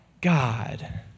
God